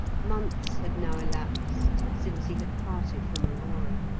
months had now elapsed since he had parted from aurora.